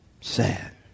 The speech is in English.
sad